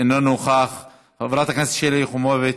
איננו נוכח, חברת הכנסת שלי יחימוביץ,